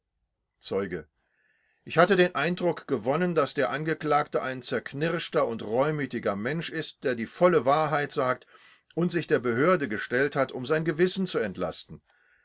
zeuge ich hatte den eindruck gewonnen daß der angeklagte ein zerknirschter und reumütiger mensch ist der die volle wahrheit sagt und sich der behörde gestellt hat um sein gewissen zu entlasten